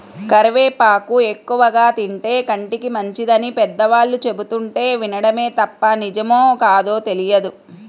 కరివేపాకు ఎక్కువగా తింటే కంటికి మంచిదని పెద్దవాళ్ళు చెబుతుంటే వినడమే తప్ప నిజమో కాదో తెలియదు